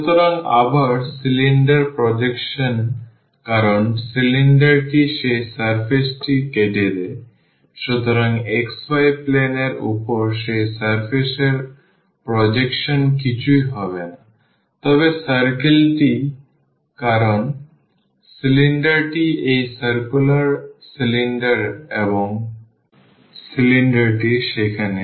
সুতরাং আবার এই সিলিন্ডার প্রজেকশন কারণ সিলিন্ডারটি সেই সারফেসটি কেটে দেয় সুতরাং xy plane এর উপর সেই সারফেস এর প্রজেকশন কিছুই হবে না তবে circle টি কারণ সিলিন্ডারটি এই সার্কুলার সিলিন্ডার এবং সিলিন্ডারটি সেখানে সারফেসটি কাটছে